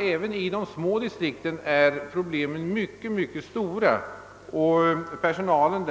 även i de små distrikten är problemen stora, och personalen